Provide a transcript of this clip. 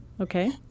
okay